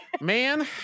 man